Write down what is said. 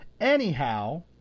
Anyhow